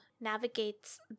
navigates